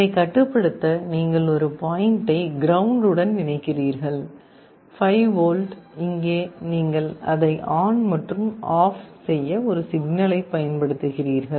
இதை கட்டுப்படுத்த நீங்கள் ஒரு பாயின்ட்டை கிரவுண்ட் உடன் இணைக்கிறீர்கள் 5 வோல்ட் இங்கே நீங்கள் அதை ஆன் மற்றும் ஆப் செய்ய ஒரு சிக்னலைப் பயன்படுத்துகிறீர்கள்